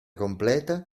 completa